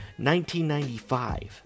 1995